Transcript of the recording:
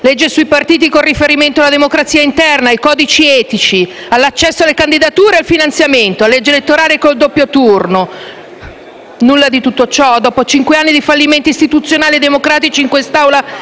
legge sui partiti, con riferimento alla democrazia interna, ai codici etici, all'accesso alle candidature e al finanziamento, e la legge elettorale con il doppio turno. Nulla di tutto ciò è avvenuto. Dopo cinque anni di fallimenti istituzionali e democratici, in quest'Aula